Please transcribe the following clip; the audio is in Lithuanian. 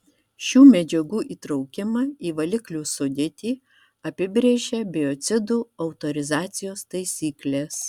šių medžiagų įtraukimą į valiklių sudėtį apibrėžia biocidų autorizacijos taisyklės